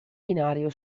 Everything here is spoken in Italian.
binario